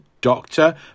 Doctor